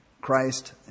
Christ